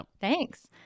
thanks